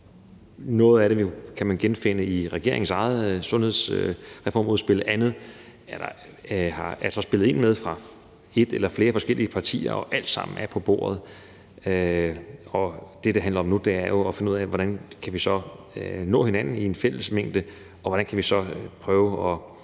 Noget af det kan man genfinde i regeringens eget sundhedsreformudspil, andet er der så spillet ind med fra et eller flere forskellige partiers side. Og alt sammen er på bordet. Det, det handler om nu, er jo at finde ud af, hvordan vi så kan nå hinanden i en fællesmængde, og hvordan vi kan prøve at